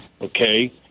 okay